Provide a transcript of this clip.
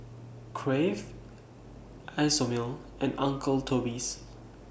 Crave Isomil and Uncle Toby's